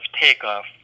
takeoff